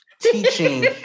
teaching